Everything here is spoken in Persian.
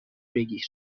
بگیر